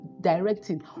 directing